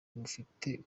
mufite